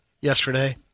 yesterday